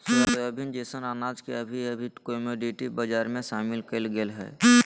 soybean जैसन अनाज के अभी अभी कमोडिटी बजार में शामिल कइल गेल हइ